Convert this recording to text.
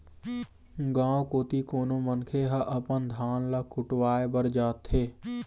गाँव कोती कोनो मनखे ह अपन धान ल कुटावय बर जाथे